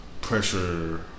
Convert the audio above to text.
pressure